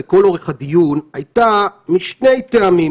לכל אורך הדיון הייתה משני טעמים.